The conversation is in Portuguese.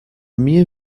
minha